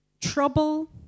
trouble